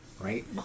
right